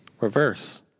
Reverse